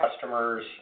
customers